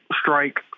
strike